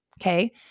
okay